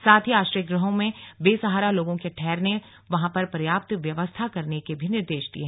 साथ ही आश्रय गृहों में बेसहारा लोगों के ठहरने और वहां पर पर्याप्त व्यवस्था करने के निर्देश भी दिये